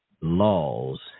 laws